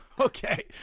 Okay